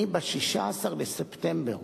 ב-16 בספטמבר